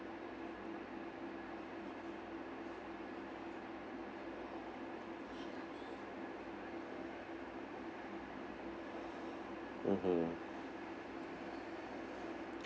mmhmm